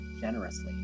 generously